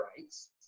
rights